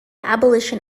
abolition